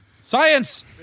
Science